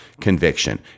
conviction